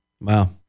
Wow